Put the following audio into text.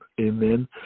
amen